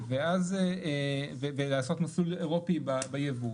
ולעשות מסלול אירופי בייבוא,